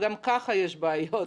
שגם בלי זה יש בעיות,